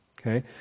Okay